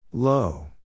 Low